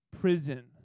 prison